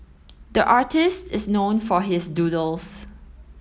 the artist is known for his doodles